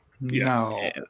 no